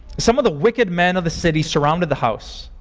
some of the wicked men of the city surrounded the house.